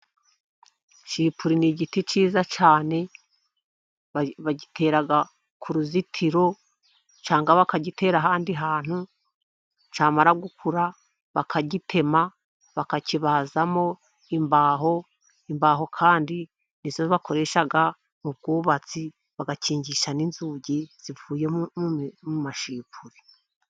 Sipure ni igiti cyiza cyane, bagitera ku ruzitiro cyangwa bakagitera ahandi hantu, cyamara gukura bakagitema bakakibazamo imbaho. Imbaho kandi ni zo bakoresha mu bwubatsi, bagakingisha n'inzugi zivuye mu masipure.